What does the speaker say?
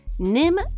nim